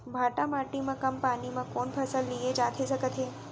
भांठा माटी मा कम पानी मा कौन फसल लिए जाथे सकत हे?